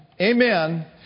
amen